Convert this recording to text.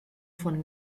von